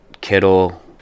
Kittle